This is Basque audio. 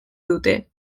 dute